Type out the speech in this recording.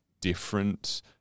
different